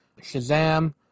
Shazam